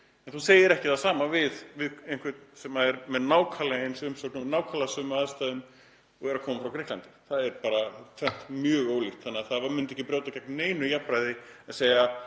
Þú segir ekki það sama við einhvern sem er með nákvæmlega eins umsókn úr nákvæmlega sömu aðstæðum og er að koma frá Grikklandi. Það er bara tvennt mjög ólíkt þannig að það myndi ekki brjóta gegn neinu jafnræði að segja